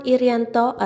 Irianto